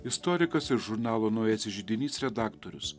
istorikas ir žurnalo naujasis židinys redaktorius